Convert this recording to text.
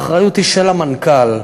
האחריות היא של המנכ"ל.